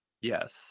Yes